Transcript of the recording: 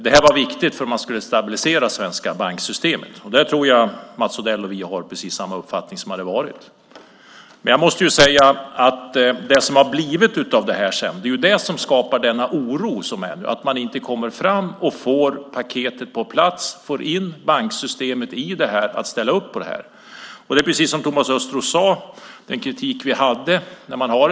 Det var viktigt för att man skulle kunna stabilisera svenska banksystemet. Där tror jag att Mats Odell och vi har precis samma uppfattning. Men det som sedan blivit av detta är det som skapar oro. Man kommer inte fram och får paketet på plats, får in banksystemet och får det att ställa upp på detta. Det är precis som Thomas Östros sade. Vi har haft kritik mot detta.